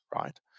right